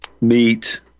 meat